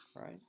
right